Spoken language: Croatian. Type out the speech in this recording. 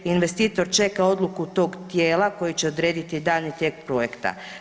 Investitor čeka odluku tog tijela koji će odrediti daljnji tijek projekta.